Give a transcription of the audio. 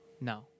No